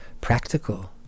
practical